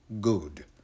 good